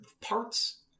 parts